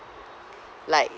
like